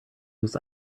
was